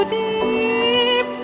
deep